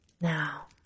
Now